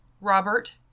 Robert